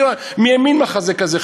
מי האמין שיהיה מחזה כזה?